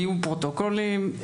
יהיו פרוטוקולים,